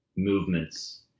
movements